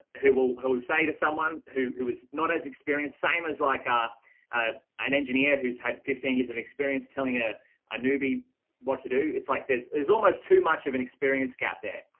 who will hold say to someone who who was not as experienced same as like ah um an engineer who's had fifteen years of and experience telling a ah newbie what to do. it's like there's, there's almost too much of an experience get there.